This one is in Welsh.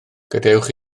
gadewch